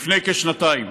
לפני כשנתיים.